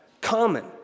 Common